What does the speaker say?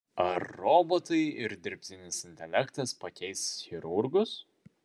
ar robotai ir dirbtinis intelektas pakeis chirurgus